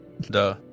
Duh